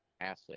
asset